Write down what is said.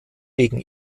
wegen